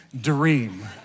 dream